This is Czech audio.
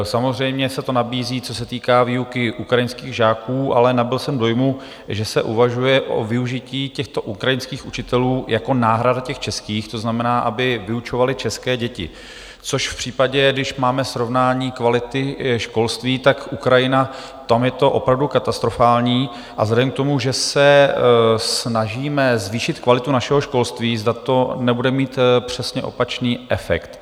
Samozřejmě se to nabízí, co se týká výuky ukrajinských žáků, ale nabyl jsem dojmu, že se uvažuje o využití těchto ukrajinských učitelů jako náhrada těch českých, to znamená, aby vyučovali české děti, což v případě, když máme srovnání kvality školství, tak Ukrajina, tam je to opravdu katastrofální, a vzhledem k tomu, že se snažíme zvýšit kvalitu našeho školství, zda to nebude mít přesně opačný efekt.